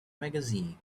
magazine